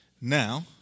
Now